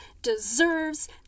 deserves